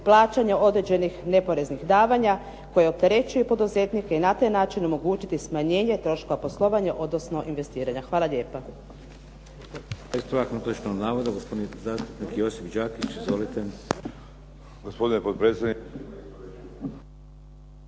plaćanja određenih neporeznih davanja koje opterećuju poduzetnike i na taj način omogućit smanjenje troškova poslovanja, odnosno investiranja. Hvala lijepa.